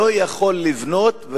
לא יכול לבנות,